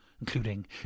Including